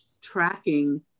tracking